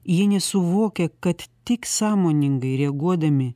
jie nesuvokia kad tik sąmoningai reaguodami